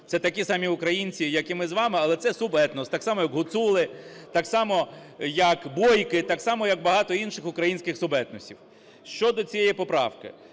Це такі самі українці, як і ми з вами, але це – субетнос. Так само, як гуцули, так само, як бойки, так само, як багато інших українських субетносів. Щодо цієї поправки,